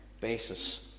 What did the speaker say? basis